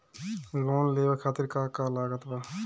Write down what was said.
Loan लेवे खातिर का का लागत ब?